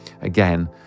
again